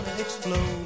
Explode